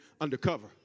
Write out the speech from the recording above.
undercover